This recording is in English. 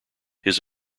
his